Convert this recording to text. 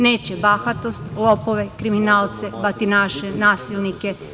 Neće bahatost, lopove, kriminalce, batinaše, nasilnike.